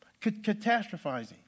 catastrophizing